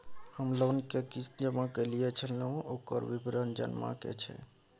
हम लोन के किस्त जमा कैलियै छलौं, ओकर विवरण जनबा के छै?